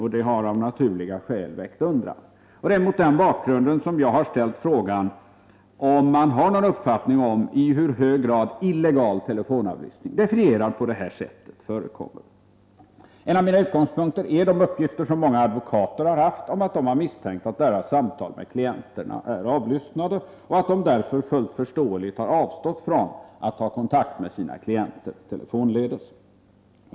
Detta har av naturliga skäl väckt undran, och det är mot denna bakgrund som jag har ställt frågan om man har någon uppfattning om i hur hög grad illegal telefonavlyssning — definierad på detta sätt — förekommer. En av mina utgångspunkter är de uppgifter som många advokater har lämnat om att de har misstänkt att deras telefonsamtal med klienter avlyssnats. De har därför fullt förståeligt avstått från att per telefon ta kontakt med sina klienter.